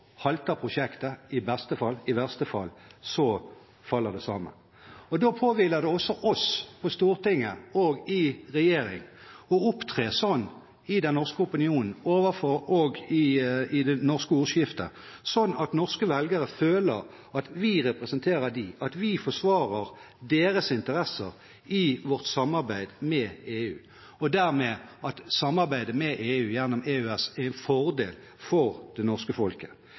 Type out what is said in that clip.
halter prosjektet, og i verste fall faller det sammen. Da påhviler det også oss på Stortinget og i regjering å opptre – i den norske opinionen og i det norske ordskiftet – sånn at norske velgere føler at vi representerer dem, at vi forsvarer deres interesser i vårt samarbeid med EU, og dermed at samarbeidet med EU gjennom EØS er en fordel for det norske